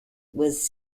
was